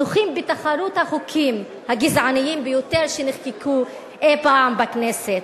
זוכים בתחרות החוקים הגזעניים ביותר שנחקקו אי-פעם בכנסת.